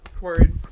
Word